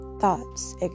thoughts